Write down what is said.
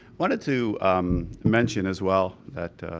wanted to mention as well that